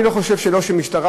אני לא חושב שהמשטרה,